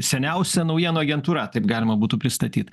seniausia naujienų agentūra taip galima būtų pristatyt